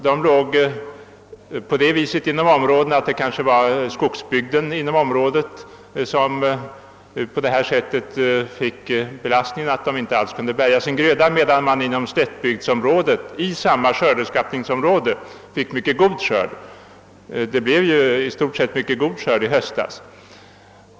Dessa arealer låg inom skogsbygden i området, medan slättbygderna inom samma skördeuppskattningsområde fick mycket god skörd — det blev ju i stort sett en mycket god skörd i höstas.